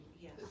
Yes